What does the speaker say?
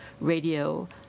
radio